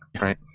right